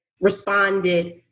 responded